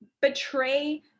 betray